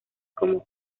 como